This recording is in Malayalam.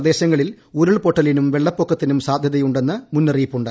പ്രദേശങ്ങളിൽ ഉരുൾപൊട്ടലിനും ഈ വെള്ളപ്പൊക്കത്തിനും സാധ്യതയുണ്ടെന്ന് മുന്നറിയിപ്പുണ്ട്